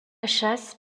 chasse